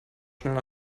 schnell